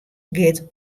giet